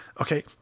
Okay